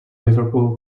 liverpool